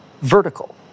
vertical